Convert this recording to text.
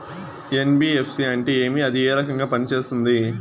NBFC అంటే ఏమి అది ఏ రకంగా పనిసేస్తుంది